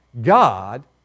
God